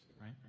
right